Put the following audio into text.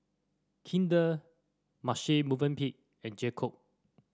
Kinder Marche Movenpick and J Co